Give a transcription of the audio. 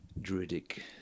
Druidic